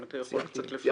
אם אתה יכול קצת לפרט.